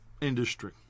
industry